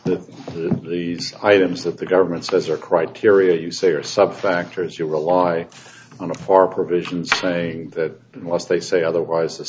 the these items that the government says are criteria you say are sub factors you rely on a for provision saying that unless they say otherwise the